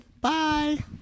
bye